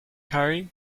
curry